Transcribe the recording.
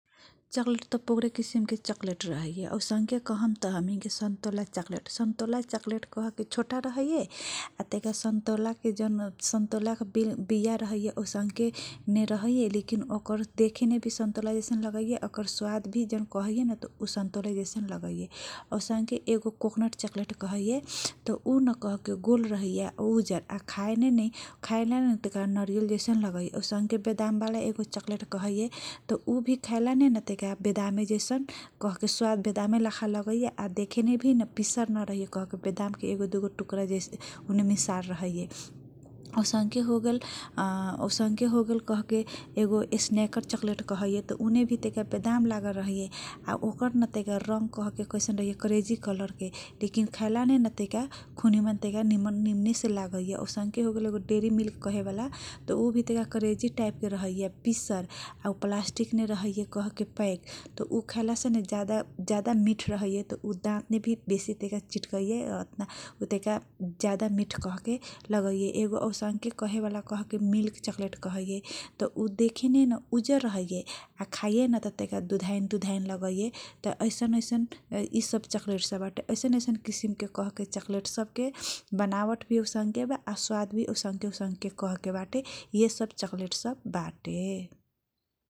चकलेट त पोग्रे किसिमके रहैए सन्तोला चकलेट कके छोटा प् रह इ ए तैका सन्तोला के दिया जैसन ओसाङके रहगे लेकिन देखिने भी सन्तोला जैसन लगाइए। ओकर स्वाद भी जाउन कहैएन सन्तोला जैसन लगाइए एगो कोकनट चकलेट कहलिए उ क के उ उजर रहिए लेकिन खाइने न तैका नरियल जैसन लगाइए बेदाम्बला एगो चकलेट कहये उभी तैका बेदाम जैसन कह के स्वाद बेदाम्य लगाइए या देखेके भी पिसर रहहिए कके ताकि एगो टुक्रा टुक्रा सब रहिए होगेल क के ए गो स्नेकर चकलेट रङ करेजी कलर मे रहइए लेकिन खाइने भितैका खु निमन लागइए एगो हो गेल डेरी मिल्क कहे बाला उभि तरिका करेजी टाइप के रहे या पिसर उ प्लास्टिक मे बाइक उ खाइलासे ज्यादा मि रहइए ऊ दाँत मे तैका जाँदा मिट लगाइए ए गो औसांख्य कहेबला मिल्क चकलेट कहैए उ तैका देखे नै उजर रहे लेकिन खाइने त दुधाइन चकलेट लगाइए त ऐसन ऐसन चकलेट सब रहइए ऐसन चकलेट सबके बनावट भी औसांख्य दा स्वाद भी औसांख्य कह के बाटे यी सब चकलेट सब बा ।